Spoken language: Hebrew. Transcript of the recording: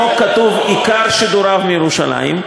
בחוק כתוב "עיקר שידוריו מירושלים".